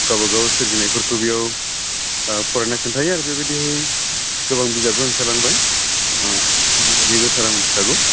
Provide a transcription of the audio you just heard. गावबा गाव सोरजिनायफोरखौ बेयाव फरायनो खिन्थायो आरो बेबायदि गोबां बिजाबबो ओंखारलांबाय बेफोरखौ सारआ मोन्थिखागौ